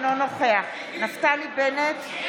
אינו נוכח נפתלי בנט,